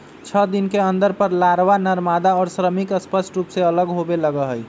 छः दिन के अंतर पर लारवा, नरमादा और श्रमिक स्पष्ट रूप से अलग होवे लगा हई